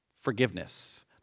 forgiveness